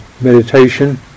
meditation